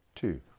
Two